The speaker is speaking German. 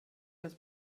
des